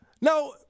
Now